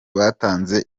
batanze